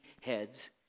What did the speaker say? heads